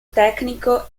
tecnico